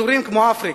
אזורים כמו אפריקה,